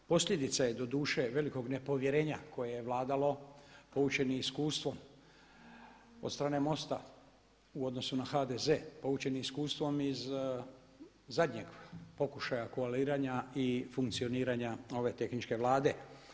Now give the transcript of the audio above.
Posljedica je doduše velikog nepovjerenja koje je vladalo poučeni iskustvom od strane MOST-a u odnosu na HDZ, poučeni iskustvom iz zadnjeg pokušaja koaliranja i funkcioniranja ove tehničke Vlade.